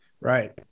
Right